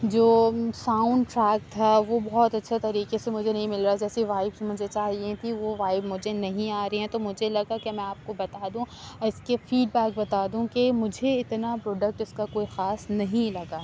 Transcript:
جو ساؤنڈ ساتھ تھا وہ بہت اچھے طریقے سے مجھے نہیں مل رہا جیسے وائس مجھے چاہیے تھی وہ وائیو مجھے نہیں آ رہی ہیں تو مجھے لگا کہ میں آپ کو بتا دوں اس کے فیڈ بیک بتا دوں کہ مجھے اتنا پروڈکٹ اس کا کوئی خاص نہیں لگا